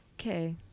Okay